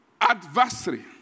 adversary